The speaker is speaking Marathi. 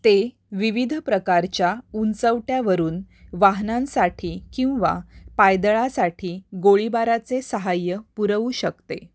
ते विविध प्रकारच्या उंचवट्यावरून वाहनांसाठी किंवा पायदळासाठी गोळीबाराचे सहाय्य पुरवू शकते